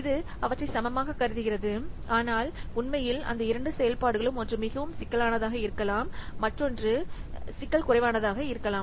இது அவற்றை சமமாக கருதுகிறது ஆனால் உண்மையில் அந்த இரண்டு செயல்பாடுகளும் ஒன்று மிகவும் சிக்கலானதாக இருக்கலாம் மற்றொன்று சிக்கல் குறைவானதாக இருக்கலாம்